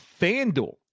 FanDuel